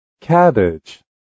Cabbage